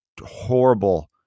horrible